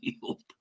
field